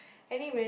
anyway